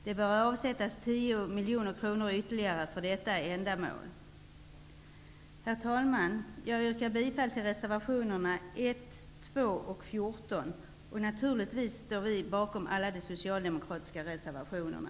Det bör avsättas ytterligare 10 miljoner kronor för detta ändamål. Herr talman! Jag yrkar bifall till reservationerna 1, 2 och 14. Naturligtvis står vi bakom alla de socialdemokratiska reservationerna.